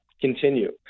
continue